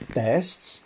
tests